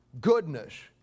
Goodness